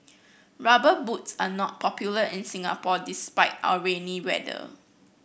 rubber boots are not popular in Singapore despite our rainy weather